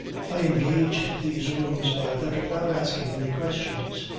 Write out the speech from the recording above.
i engaged these rooms by letter without asking any questions.